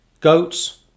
Goats